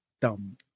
dumb